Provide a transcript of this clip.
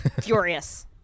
Furious